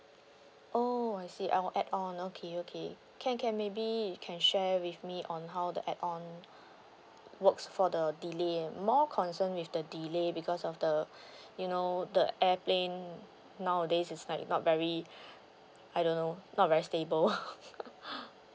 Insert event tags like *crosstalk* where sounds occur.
oh I see I will add on okay okay can can maybe you can share with me on how the add on works for the delay and more concern with the delay because of the you know the airplane nowadays is like not very I don't know not very stable *laughs*